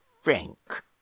frank